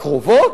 הקרובות?